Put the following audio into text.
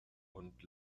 und